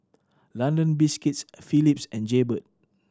London Biscuits Phillips and Jaybird